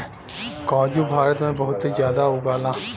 काजू भारत में बहुते जादा उगला